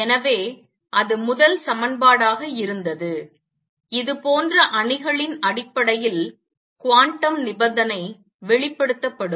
எனவே அது முதல் சமன்பாடாக இருந்தது இது போன்ற அணிகளின் அடிப்படையில் குவாண்டம் நிபந்தனை வெளிப்படுத்தப்படும்